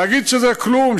להגיד שזה כלום,